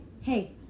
Hey